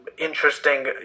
interesting